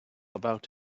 about